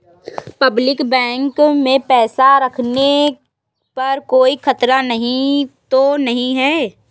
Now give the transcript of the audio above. Public bank में पैसा रखने पर कोई खतरा तो नहीं है?